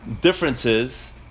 differences